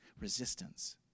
resistance